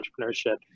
entrepreneurship